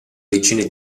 origini